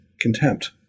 contempt